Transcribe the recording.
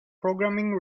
programming